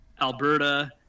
Alberta